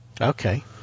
Okay